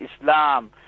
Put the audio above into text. Islam